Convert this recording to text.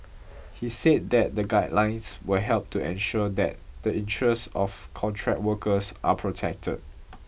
he said that the guidelines will help to ensure that the interests of contract workers are protected